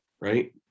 right